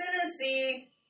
Tennessee